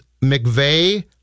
McVeigh